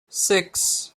six